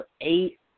eight